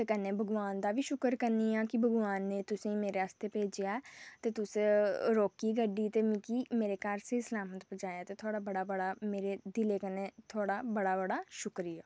ते कन्नै भगोआन दा बी शुक्र करनी आं जि'यां की भगवान ने तुसें ई मेरे आस्तै भेजेआ ऐ ते तुसें रोकी गड्डी ते त मिगी मेरे घर स्हेई सलामत पजाया थुआढ़ा बड़ा बड़ा मेरे दिलै कन्नै थुआढ़ा बड़ा बड़ा शुक्रिया